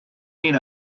mean